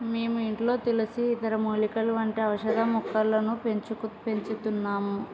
మేము ఇంట్లో తెలిసి ఇతర మూలికలు వంటి ఔషధ మొక్కలను పెంచుకు పెంచుతున్నాము